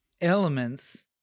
elements